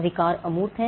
अधिकार अमूर्त हैं